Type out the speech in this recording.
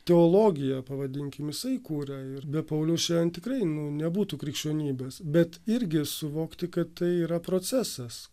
teologiją pavadinkim jisai kūrė ir be pauliaus jei tikrai nebūtų krikščionybės bet irgi suvokti kad tai yra procesas